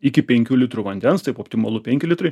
iki penkių litrų vandens taip optimalu penki litrai